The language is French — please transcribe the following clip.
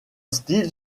style